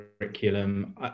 curriculum